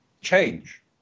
change